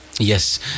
Yes